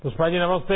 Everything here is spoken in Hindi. पुष्पाजी नमस्ते